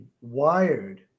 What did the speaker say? wired